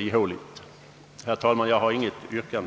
ihåligt. Jag har, herr talman, inget yrkande.